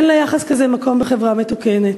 אין ליחס כזה מקום בחברה מתוקנת,